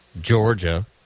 Georgia